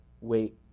wait